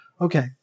Okay